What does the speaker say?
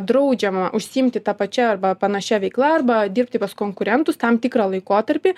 draudžiama užsiimti ta pačia arba panašia veikla arba dirbti pas konkurentus tam tikrą laikotarpį